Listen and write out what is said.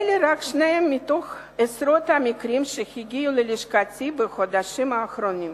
אלה רק שניים מתוך עשרות המקרים שהגיעו ללשכתי בחודשים האחרונים.